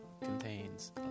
contains